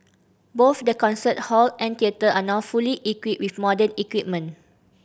both the concert hall and theatre are now fully equipped with modern equipment